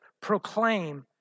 proclaim